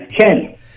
Ken